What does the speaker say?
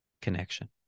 connection